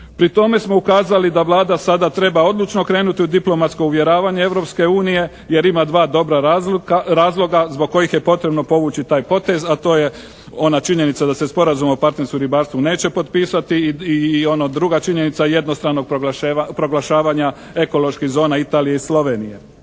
Pri tome smo ukazali da Vlada sada treba odlučno krenuti u diplomatsko uvjeravanje Europske unije jer ima dva dobra razloga zbog kojih je potrebno povući taj potez a to je ona činjenica da se sporazum o partnerstvu u ribarstvu neće potpisati. I ona druga činjenica jednostavnog proglašavanja ekoloških zona Italije i Slovenije.